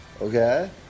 okay